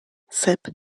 sep